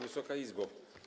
Wysoka Izbo!